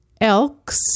Elks